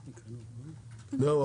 זהו?